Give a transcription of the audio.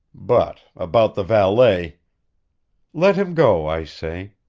but, about the valet let him go, i say.